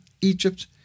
Egypt